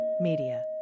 Media